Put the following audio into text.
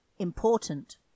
Important